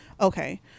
Okay